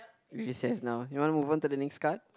recess now you want to move on to the next card